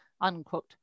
unquote